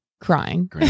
crying